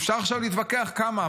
אפשר עכשיו להתווכח כמה,